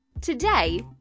Today